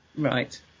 Right